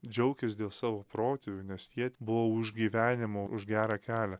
džiaukis dėl savo protėvių nes jiet buvo už gyvenimo už gerą kelią